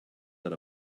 that